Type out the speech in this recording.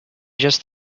just